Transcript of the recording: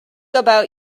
about